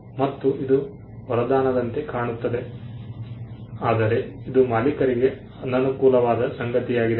ಮತ್ತು ಇದು ವರದಾನದಂತೆ ಕಾಣುತ್ತದೆ ಆದರೆ ಇದು ಮಾಲೀಕರಿಗೆ ಅನನುಕೂಲವಾದ ಸಂಗತಿಯಾಗಿದೆ